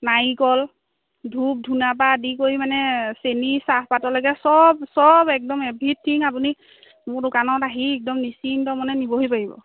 নাৰিকল ধূপ ধূনা পা আদি কৰি মানে চেনি চাহপাতলৈকে চব চব একদম এভ্ৰিথিং আপুনি মোৰ দোকানত আহি একদম নিশ্চিন্ত মনে নিবহি পাৰিব